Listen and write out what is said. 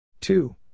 two